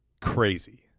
crazy